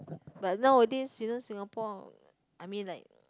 but nowadays since Singapore I mean like